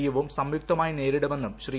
U വും സംയുക്തമായി നേരിടുമെന്നും ശ്രീ